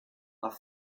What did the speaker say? are